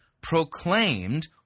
proclaimed